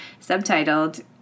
subtitled